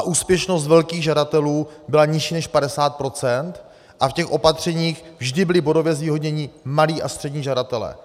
Úspěšnost velkých žadatelů byla nižší než 50 % a v těch opatřeních vždy byli bodově zvýhodněni malí a střední žadatelé.